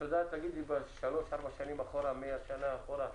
את יודעת להגיד לי כמה ילדים נשכחו ברכב בשלוש-ארבע שנים מהשנה אחורה?